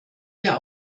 wir